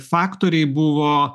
faktoriai buvo